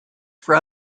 for